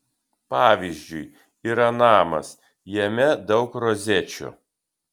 pavyzdžiui yra namas jame daug rozečių